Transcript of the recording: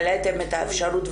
העליתם את האפשרות,